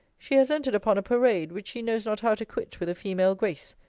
she has entered upon a parade, which she knows not how to quit with a female grace.